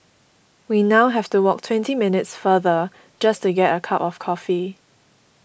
we now have to walk twenty minutes farther just to get a cup of coffee